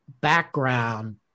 background